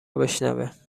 بشنوه